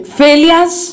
failures